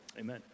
Amen